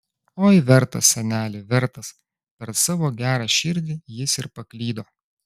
oi vertas seneli vertas per savo gerą širdį jis ir paklydo